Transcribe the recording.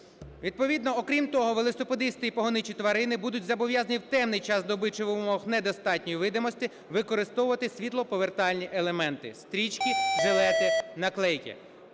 Відповідно, окрім того, велосипедисти і погоничі тварини будуть зобов'язані в темний час доби чи в умовах недостатньої видимості використовувати світлоповертальні елементи: стрічки, жилети, наклейки.